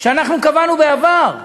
שאנחנו קבענו בעבר,